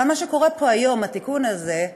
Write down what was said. אבל מה שקורה פה היום, התיקון הזה,